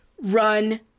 run